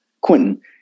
Quentin